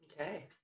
Okay